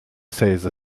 sesa